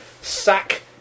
sack